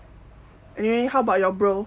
anyway how about your bro